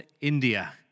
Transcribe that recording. India